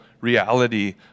reality